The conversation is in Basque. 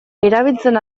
erabiltzen